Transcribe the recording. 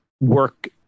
work